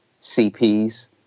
CPs